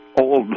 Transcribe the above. old